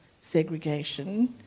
segregation